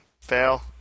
Fail